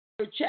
check